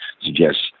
suggests